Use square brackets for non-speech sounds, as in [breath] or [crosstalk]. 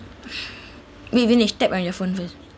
[breath] wait vinesh tap on your phone first